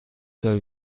soll